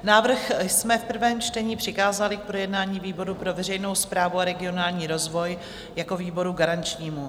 Návrh jsme v prvém čtení přikázali k projednání výboru pro veřejnou správu a regionální rozvoj jako výboru garančnímu.